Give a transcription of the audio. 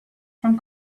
from